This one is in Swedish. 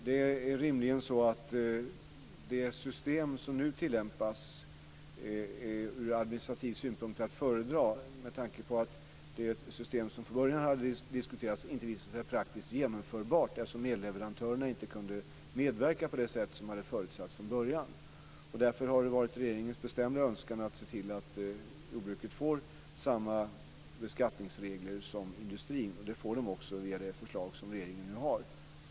Det är rimligen så att det system som nu tillämpas är att föredra ur administrativ synpunkt, med tanke på att det system som från början hade diskuterats inte visade sig praktiskt genomförbart, eftersom elleverantörerna inte kunde medverka på det sätt som hade förutsatts. Därför har det varit regeringens bestämda önskan att se till att jordbruket får samma beskattningsregler som industrin, och det får det också via det förslag som regeringen nu har.